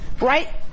right